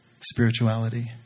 spirituality